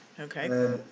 Okay